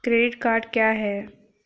Credit card क्या है?